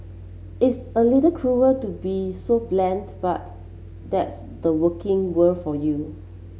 it's a little cruel to be so blunt but that's the working world for you